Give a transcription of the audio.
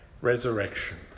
resurrection